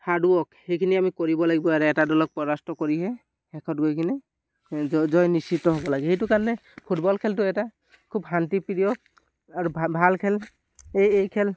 hard work সেইখিনি আমি কৰিব লাগিব আৰু এটা দলক পৰাস্ত কৰিহে শেষত গৈ কিনে জয় নিশ্চিত হ'ব লাগে সেইটো কাৰণে ফুটবল খেলটো এটা খুব শান্তিপ্ৰিয় আৰু ভাল খেল এই এই খেল